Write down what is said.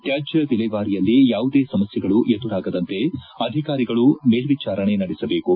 ತ್ಯಾದ್ಯ ವಿಲೇವಾರಿಯಲ್ಲಿ ಯಾವುದೇ ಸಮಸ್ಯೆಗಳು ಎದುರಾಗದಂತೆ ಅಧಿಕಾರಿಗಳು ಮೇಲ್ವಿಚಾರಣೆ ನಡೆಸಬೇಕು